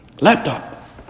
laptop